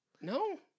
No